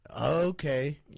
Okay